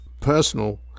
personal